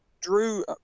Drew